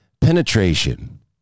penetration